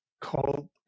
called